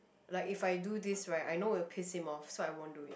like if I do this right I know will peace him off so I won't do it